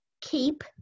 keep